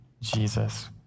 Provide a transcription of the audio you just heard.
Jesus